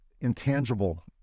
intangible